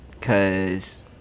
Cause